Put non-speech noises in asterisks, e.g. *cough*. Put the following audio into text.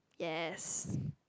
yes *breath*